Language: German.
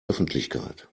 öffentlichkeit